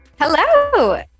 Hello